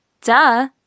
Duh